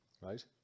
Right